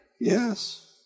Yes